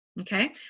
okay